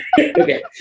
Okay